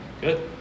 Good